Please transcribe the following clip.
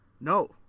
No